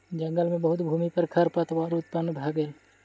जंगल मे बहुत भूमि पर खरपात उत्पन्न भ गेल